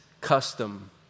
custom